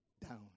down